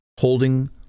holding